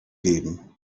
geben